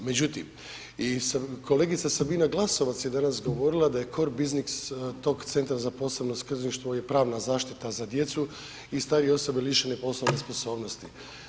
Međutim, i kolegica Sabina Glasovac je danas govorila da je ... tog Centra za posebno skrbništvo je pravna zaštita za djecu i starije osobe lišene poslovne sposobnosti.